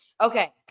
Okay